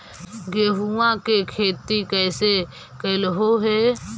गेहूआ के खेती कैसे कैलहो हे?